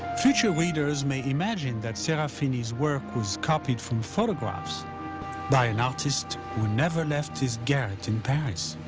future readers may imagine that serafini's work was copied from photographs by an artist who never left his garret in paris.